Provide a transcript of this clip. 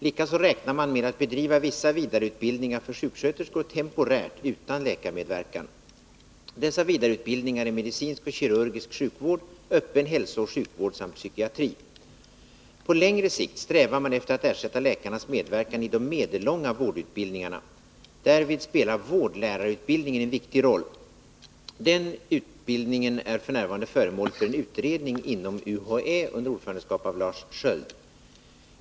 Likaså räknar man med att bedriva vissa vidareutbildningar för sjuksköterskor temporärt utan läkarmedverkan. Dessa vidareutbildningar är medicinsk och kirurgisk sjukvård, öppen hälsooch sjukvård samt psykiatri. På längre sikt strävar man efter att ersätta läkarnas medverkan i de medellånga vårdutbildningarna. Därvid spelar vårdlärarutbildningen en viktig roll. Denna utbildning är f. n. föremål för en utredning inom UHÄ under ordförandeskap av Lars Sköld.